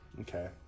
Okay